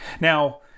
Now